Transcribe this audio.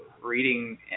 reading